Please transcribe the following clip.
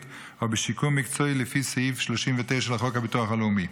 או בשיקום מקצועי לפי סעיף 39 לחוק הביטוח הלאומי.